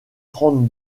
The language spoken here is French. trente